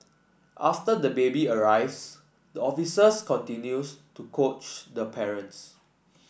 after the baby arrives the officers continues to coach the parents